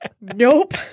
Nope